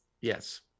Yes